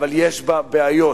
אבל יש בה בעיות.